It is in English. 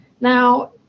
Now